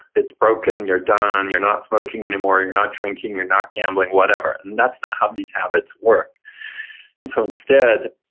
it's broken, you're done. you're not smoking anymore. you're not drinking. you're not gambling, whatever. and that's not how these habits work and so instead,